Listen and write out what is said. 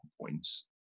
points